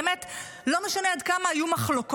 באמת לא משנה עד כמה היו מחלוקות,